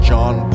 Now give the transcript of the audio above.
John